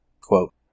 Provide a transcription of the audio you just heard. quote